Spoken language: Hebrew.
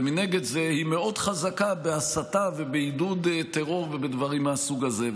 ומנגד היא מאוד חזקה בהסתה ובעידוד טרור ובדברים מהסוג הזה.